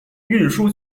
运输